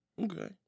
Okay